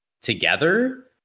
together